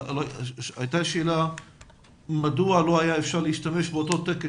אבל הייתה שאלה מדוע לא היה אפשר להשתמש באותו תקן